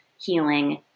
healing